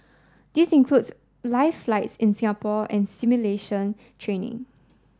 these includes live flights in Singapore and simulation training